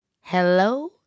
Hello